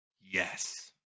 yes